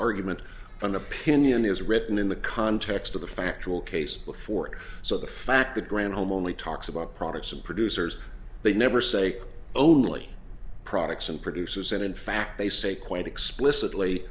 argument an opinion is written in the context of the factual case before it so the fact that granholm only talks about products and producers they never say only products and producers and in fact they say quite explicitly